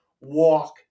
walk